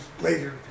later